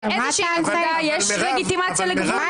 באיזושהי נקודה יש לגיטימציה לגבול?